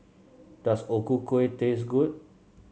does O Ku Kueh taste good